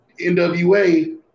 NWA